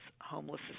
homeless